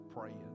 praying